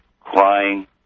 crying